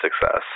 success